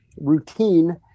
routine